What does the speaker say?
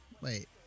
Wait